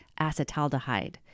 acetaldehyde